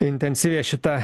intensyvės šita